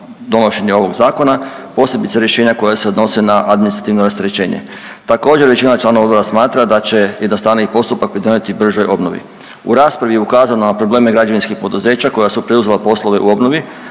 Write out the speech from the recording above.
donošenje ovog zakona, posebice rješenja koja se odnose na administrativno rasterećenje. Također većina članova odbora smatra da će jednostavniji postupak pridonijeti bržoj obnovi. U raspravi je ukazano na probleme građevinskih poduzeća koja su preuzela poslove u obnovi,